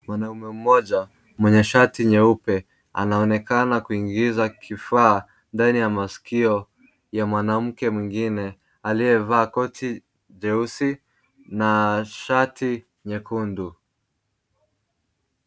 Mwanamume mmoja, mwenye shati nyeupe, anaonekana kuingiza kifaa ndani ya maskio ya mwanamke mwingine aliyevaa koti jeusi na shati nyekundu.